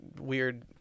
weird